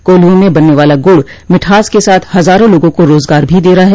कोल्हुओं में बनने वाला गुड़ मिठास के साथ हजारों लोगों को रोजगार भी दे रहा है